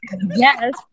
Yes